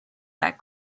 that